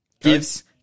gives